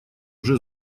уже